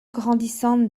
grandissante